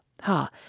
ha